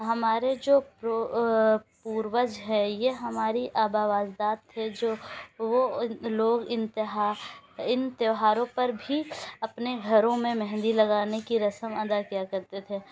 ہمارے جو پوروج ہے یہ ہماری آبا و اجداد تھے جو وہ لوگ انتہا ان تیوہاروں پر بھی اپنے گھروں میں مہندی لگانے کی رسم ادا کیا کرتے تھے